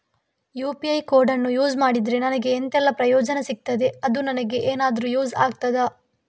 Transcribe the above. UPI ಕೋಡನ್ನು use ಮಾಡಿದ್ರೆ ನನಗೆ ಎಂಥೆಲ್ಲಾ ಪ್ರಯೋಜನ ಸಿಗ್ತದೆ, ಅದು ನನಗೆ ಎನಾದರೂ ಯೂಸ್ ಆಗ್ತದಾ?